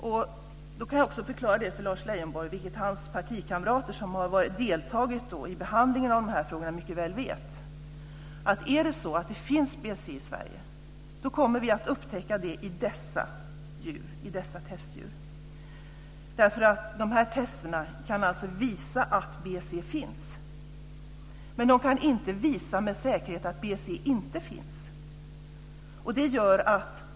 Jag kan också förklara för Lars Leijonborg - vilket hans partikamrater som har deltagit i behandlingen av frågorna mycket väl vet - att om det finns BSE i Sverige, kommer vi att upptäcka det i dessa testdjur. Testerna kan visa att BSE finns, men de kan inte visa med säkerhet att BSE inte finns.